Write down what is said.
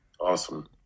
awesome